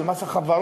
הוא מס החברות.